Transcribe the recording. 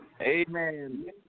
Amen